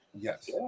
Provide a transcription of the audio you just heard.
Yes